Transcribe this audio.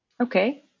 Okay